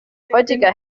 heutiger